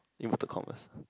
inverted commas